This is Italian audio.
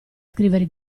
scrivere